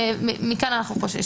ומזה אנחנו חוששים.